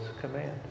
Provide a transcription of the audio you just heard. command